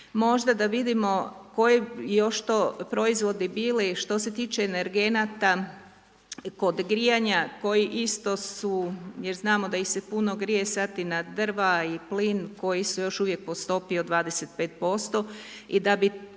možda da vidimo, koji bi još to proizvodi bili što se tiče energenata, kod grijanja, jer isto su, jer znamo da ih se puno grije sada i na drva i plin, koji su još uvijek po stopi od 25% i da bih tih